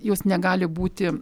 jos negali būti